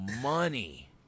money